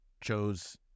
chose